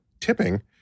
tipping